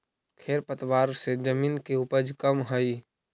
खेर पतवार से जमीन के उपज कमऽ हई